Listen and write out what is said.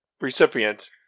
recipient